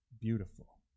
beautiful